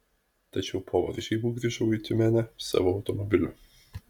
tačiau po varžybų grįžau į tiumenę savo automobiliu